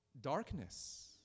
Darkness